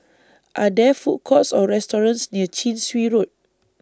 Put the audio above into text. Are There Food Courts Or restaurants near Chin Swee Road